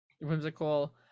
Whimsical